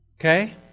Okay